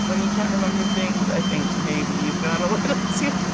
when you can't remember things, i think maybe you've gone a little